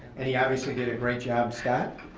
and he obviously did a great job, scott.